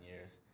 years